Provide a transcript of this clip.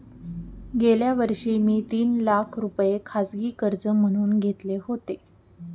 गेल्या वर्षी मी तीन लाख रुपये खाजगी कर्ज म्हणून घेतले होते